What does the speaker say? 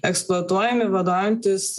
eksploatuojami vadovaujantis